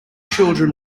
children